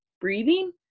breathing